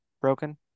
broken